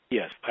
Yes